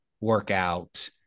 workout